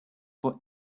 for